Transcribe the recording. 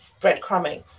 breadcrumbing